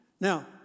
Now